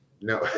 no